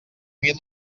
mil